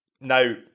Now